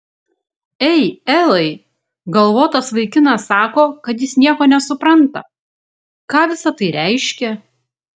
ei elai galvotas vaikinas sako kad jis nieko nesupranta ką visa tai reiškia